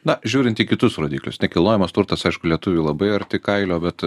na žiūrint į kitus rodiklius nekilnojamas turtas aišku lietuvių labai arti kailio bet